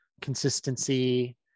consistency